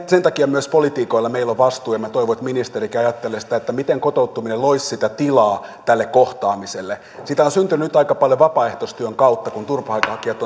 sen takia myös poliitikoilla meillä on vastuu ja minä toivon että ministerikin ajattelee sitä miten kotouttaminen loisi sitä tilaa tälle kohtaamiselle sitä on syntynyt nyt aika paljon vapaaehtoistyön kautta kun turvapaikanhakijat